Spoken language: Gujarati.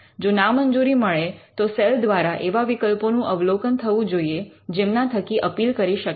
જો નામંજૂરી મળે તો સેલ દ્વારા એવા વિકલ્પોનું અવલોકન થવું જોઈએ જેમના થકી અપીલ કરી શકાય